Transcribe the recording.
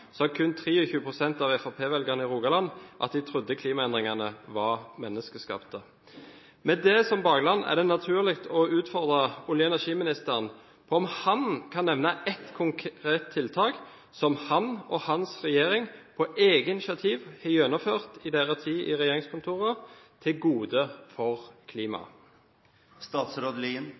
kun 23 pst. av Fremskrittsparti-velgerne i Rogaland at de trodde klimaendringene var menneskeskapt. Med det som bakteppe er det naturlig å utfordre olje- og energiministeren på om han kan nevne ett konkret tiltak som han og hans regjering på eget initiativ har gjennomført i deres tid i regjeringskontorene til gode for